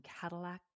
Cadillac